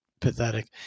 pathetic